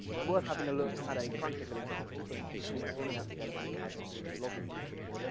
it's worth having a look at a practical example, so in pretty much any application, we'll have some sort of login page.